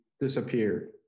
disappeared